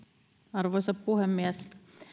arvoisa puhemies